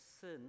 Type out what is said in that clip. sin